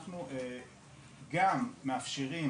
אנחנו גם מאפשרים